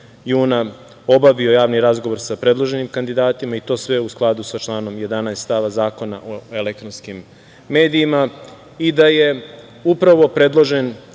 obavio javni razgovor sa predloženim kandidatima, i to sve u skladu sa članom 11. stava Zakona o elektronskim medijima i da je upravo predložen